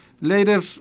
Later